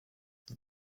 vous